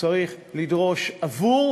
תנו לי שלושה חודשים.